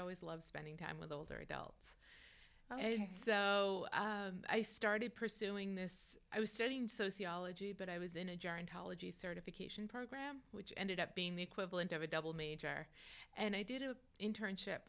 always loved spending time with older adults so i started pursuing this i was studying sociology but i was in a gerontology certification program which ended up being the equivalent of a double major and i did an internship